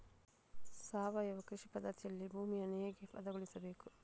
ಸಾವಯವ ಕೃಷಿ ಪದ್ಧತಿಯಲ್ಲಿ ಭೂಮಿಯನ್ನು ಹೇಗೆ ಹದಗೊಳಿಸಬೇಕು?